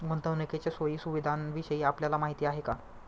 गुंतवणुकीच्या सोयी सुविधांविषयी आपल्याला माहिती आहे का?